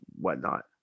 whatnot